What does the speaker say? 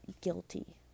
guilty